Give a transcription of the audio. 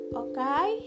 okay